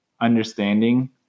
understanding